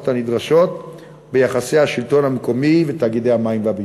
הנדרשות ביחסי השלטון המקומי ותאגידי המים והביוב.